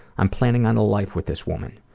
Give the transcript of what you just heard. i'm planning on a life with this woman.